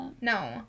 No